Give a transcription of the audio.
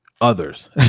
others